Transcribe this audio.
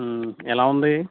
ఎలా ఉంది